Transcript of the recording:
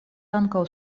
ankaŭ